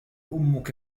أمك